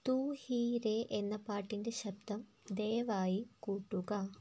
തു ഹി രേ എന്ന പാട്ടിൻ്റെ ശബ്ദം ദയവായി കൂട്ടുക